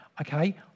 Okay